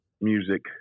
music